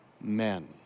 men